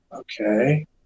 Okay